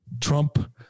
Trump